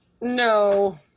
No